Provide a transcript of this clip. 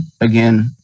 again